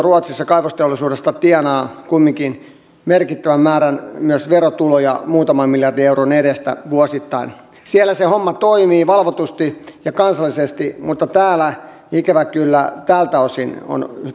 ruotsissa valtionyhtiö tienaa kaivosteollisuudesta kumminkin merkittävän määrän myös verotuloja muutaman miljardin euron edestä vuosittain siellä se homma toimii valvotusti ja kansallisesti mutta täällä ikävä kyllä tältä osin on